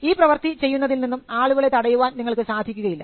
ഈ പ്രവർത്തി ചെയ്യുന്നതിൽ നിന്നും ആളുകളെ തടയുവാൻ നിങ്ങൾക്കു സാധിക്കുകയില്ല